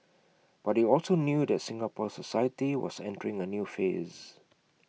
but he also knew that Singapore society was entering A new phase